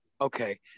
okay